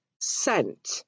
scent